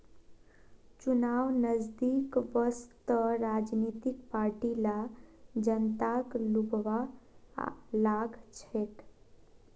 चुनाव नजदीक वस त राजनीतिक पार्टि ला जनताक लुभव्वा लाग छेक